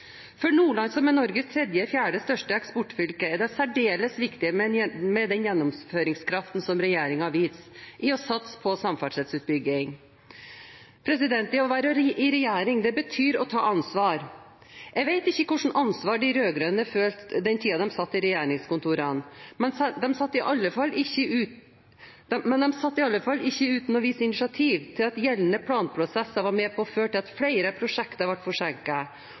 For Nordland, som er Norges tredje eller fjerde største eksportfylke, er det særdeles viktig med den gjennomføringskraften som regjeringen viser ved å satse på samferdselsutbygging. Å være i regjering betyr å ta ansvar. Jeg vet ikke hva slags ansvar de rød-grønne følte i den tiden de satt i regjeringskontorene, men de satt iallfall ikke uten å vise initiativ til at gjeldende planprosesser var med på å føre til at flere prosjekter ble